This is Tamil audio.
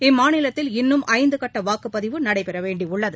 இம்மாநிலத்தில் இன்னும் ஐந்துகட்டவாக்குப்பதிவு நடைபெறவேண்டியுள்ளது